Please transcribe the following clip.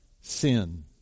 Sin